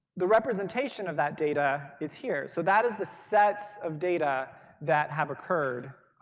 the representation of that data is here. so that is the set of data that have occurred